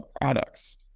products